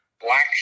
black